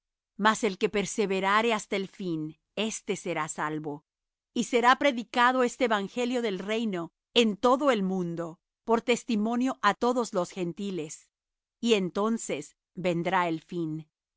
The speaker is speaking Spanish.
mas el que perseverare hasta el fin éste será salvo y será predicado este evangelio del reino en todo el mundo por testimonio á todos los gentiles y entonces vendrá el fin